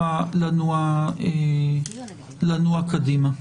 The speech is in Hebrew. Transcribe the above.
ולנוע קדימה.